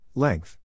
Length